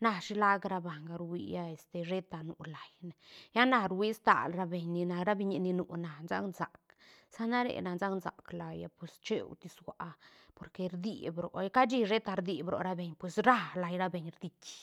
na shilac ra banga rúia este sheta nu laine lla na ruía stal ra beñ ni na ra biñi ni nu na sac sac sa na re na sac sac laia pues cheutis sua a porque rdiip roa cashi sheta rdiid ro rabeñ pues rra lai rabeñ rdiki